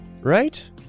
right